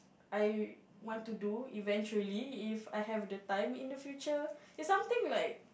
I want to do eventually if I have the time in the future it's something like